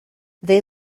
they